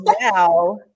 now